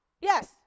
yes